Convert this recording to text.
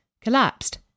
collapsed